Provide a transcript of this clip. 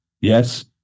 Yes